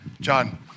John